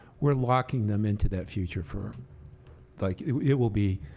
we are locking them into that future for like it will be